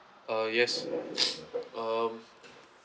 uh yes um